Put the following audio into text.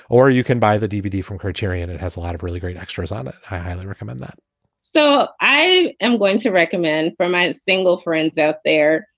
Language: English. or you can buy the dvd from criterion. it has a lot of really great extras on it. i highly recommend that so i am going to recommend for my single friends out there.